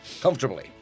comfortably